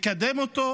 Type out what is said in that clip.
לקדם אותו,